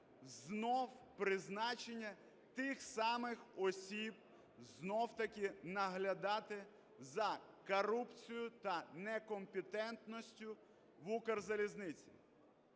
знов призначення тих самих осіб знов-таки наглядати за корупцією та некомпетентністю в Укрзалізниці.